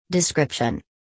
Description